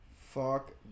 Fuck